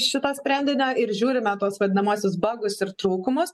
šito sprendinio ir žiūrime tuos vadinamuosius bagus ir trūkumus